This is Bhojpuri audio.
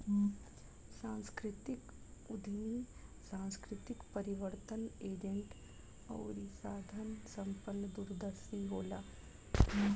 सांस्कृतिक उद्यमी सांस्कृतिक परिवर्तन एजेंट अउरी साधन संपन्न दूरदर्शी होला